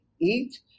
eat